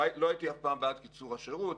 לא הייתי אף פעם בעד קיצור השירות,